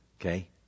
Okay